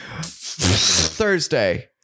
Thursday